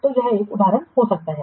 तो यह एक उदाहरण हो सकता है